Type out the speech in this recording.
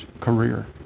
career